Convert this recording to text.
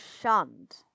shunned